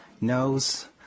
knows